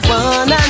one